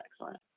excellent